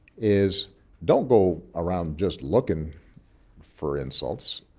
is don't go around just looking for insults.